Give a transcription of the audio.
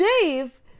Dave